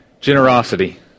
Generosity